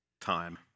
time